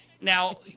Now